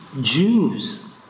Jews